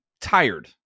tired